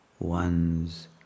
one's